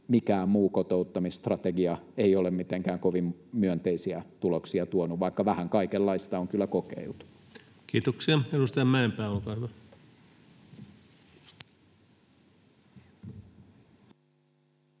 mikään muu kotouttamisstrategia ei ole mitenkään kovin myönteisiä tuloksia tuonut, vaikka vähän kaikenlaista on kyllä kokeiltu. [Tuomas Kettunen: Edustaja